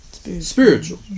Spiritual